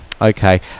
Okay